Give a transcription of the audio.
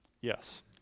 Yes